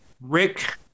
Rick